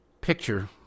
picture